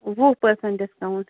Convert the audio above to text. وُہ percent discount